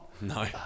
No